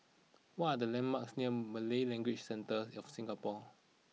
what are the landmarks near Malay Language Centre of Singapore